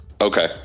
Okay